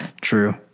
True